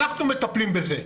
אנחנו מטפלים בזה.